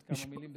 עוד כמה מילים.